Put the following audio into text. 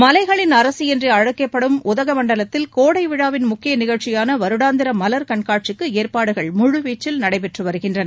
மலைகளின் அரசி என்று அழைக்கப்படும் உதகமண்டலத்தில் கோடை விழாவின் முக்கிய நிகழ்ச்சியான வருடாந்திர மலர் கண்காட்சிக்கு ஏற்பாடுகள் முழுவீச்சில் நடைபெற்றுவருகின்றன